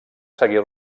seguir